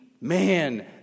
man